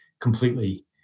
completely